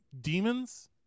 demons